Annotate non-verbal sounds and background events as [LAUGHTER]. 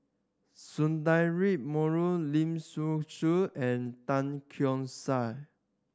[UNINTELLIGIBLE] Menon Lin Hsin Chu and Tan Keong Saik